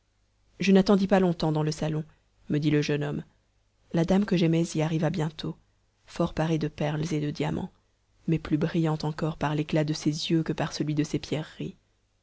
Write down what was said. je n'attendis pas longtemps dans le salon me dit le jeune homme la dame que j'aimais y arriva bientôt fort parée de perles et de diamants mais plus brillante encore par l'éclat de ses yeux que par celui de ses pierreries